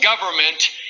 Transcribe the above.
government